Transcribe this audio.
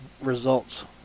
results